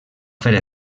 fer